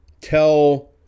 tell